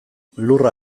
lurra